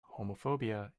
homophobia